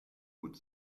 would